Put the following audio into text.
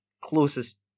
closest